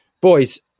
Boys